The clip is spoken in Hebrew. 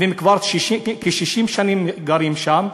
וכבר כ-60 שנים הם גרים שם.